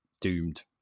doomed